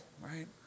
right